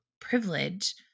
privilege